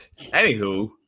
anywho